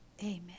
amen